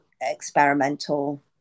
experimental